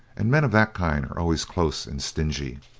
and men of that kind are always close and stingy,